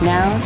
Now